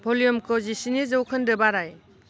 भलिउमखौ जिस्नि जौखोन्दो बाराय